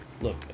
look